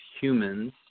humans